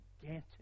gigantic